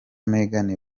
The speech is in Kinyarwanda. meghan